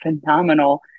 phenomenal